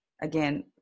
again